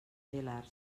gelar